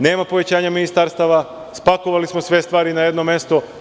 Nema povećanja ministarstava, spakovali smo sve stvari na jedno mesto.